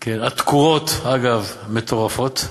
כי התקורות, אגב, מטורפות.